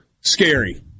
Scary